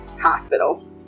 hospital